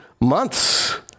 months